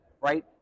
right